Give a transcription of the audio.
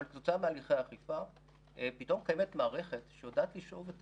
אבל כתוצאה מהליכי אכיפה פתאום קיימת מערכת שיודעת לשאוב את